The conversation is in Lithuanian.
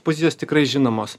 pozicijos tikrai žinomos